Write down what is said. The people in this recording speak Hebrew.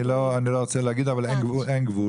אני לא רוצה להגיד, אבל אין גבול.